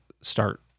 start